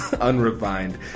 unrefined